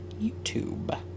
YouTube